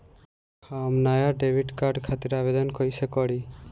हम नया debit card खातिर आवेदन कईसे करी?